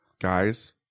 Guys